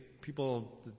people